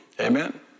Amen